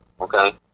okay